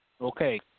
Okay